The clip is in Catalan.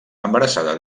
embarassada